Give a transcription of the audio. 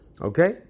Okay